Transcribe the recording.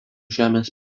žemės